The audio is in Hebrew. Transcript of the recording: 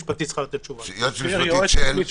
באופן רוחבי על-ידי שירות המדינה,